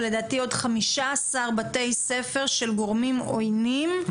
ולדעתי עוד חמישה עשר בתי ספר של גורמים עויינים,